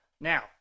Now